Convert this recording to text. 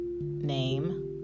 Name